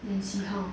then see how